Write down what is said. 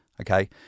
Okay